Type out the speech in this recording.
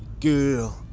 girl